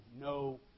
no